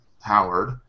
Howard